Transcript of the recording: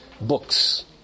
books